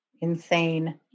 Insane